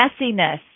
messiness